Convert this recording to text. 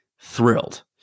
thrilled